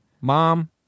Mom